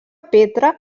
petra